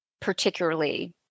particularly